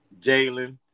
Jalen